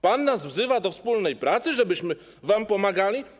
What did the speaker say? Pan nas wzywa do wspólnej pracy, żebyśmy wam pomagali?